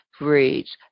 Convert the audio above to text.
reads